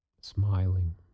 smiling